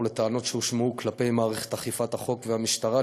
ולטענות שהושמעו כלפי מערכת אכיפת החוק והמשטרה,